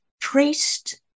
traced